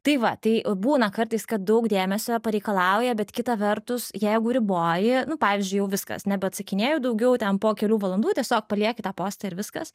tai va tai būna kartais kad daug dėmesio pareikalauja bet kita vertus jeigu riboji nu pavyzdžiui jau viskas nebe atsakinėju daugiau ten po kelių valandų tiesiog palieki tą postą ir viskas